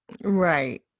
right